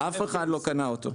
אף אחד לא קנה אותו.